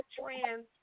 trans